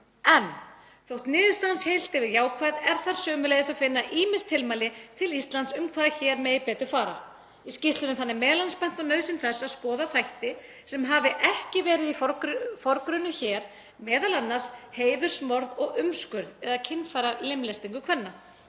En þótt niðurstaðan sé heilt yfir jákvæð er þar sömuleiðis að finna ýmis tilmæli til Íslands um hvað megi betur fara. Í skýrslunni er m.a. bent á nauðsyn þess að skoða þætti sem hafa ekki verið í forgrunni hér, m.a. heiðursmorð og umskurð eða kynfæralimlestingar kvenna.